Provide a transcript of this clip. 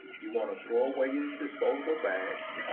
you wanna throw away your disposable bags.